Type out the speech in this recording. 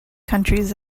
countries